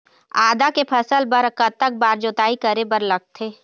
आदा के फसल बर कतक बार जोताई करे बर लगथे?